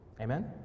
Amen